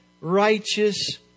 righteous